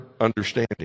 understanding